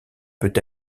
peut